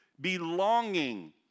belonging